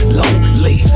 lonely